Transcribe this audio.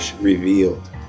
revealed